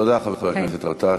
תודה, חבר הכנסת גטאס.